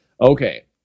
okay